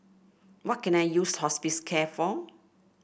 what can I use Hospicare for